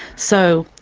so,